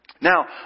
Now